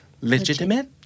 Legitimate